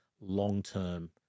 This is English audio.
long-term